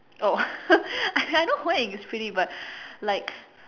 oh I I know Hui-Ying is pretty but like